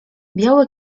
biały